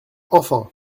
enfin